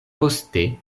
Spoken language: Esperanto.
poste